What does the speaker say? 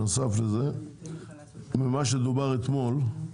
ממה שדובר אתמול,